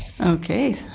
okay